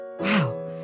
Wow